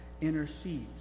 intercedes